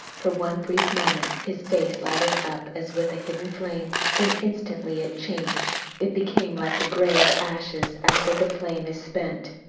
for one brief moment his face lighted up as with a hidden flame then instantly it changed. it became like the gray of ashes after the flame is spent.